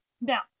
Now